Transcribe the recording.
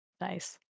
Nice